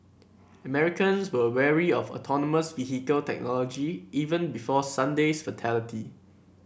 Americans were wary of autonomous vehicle technology even before Sunday's fatality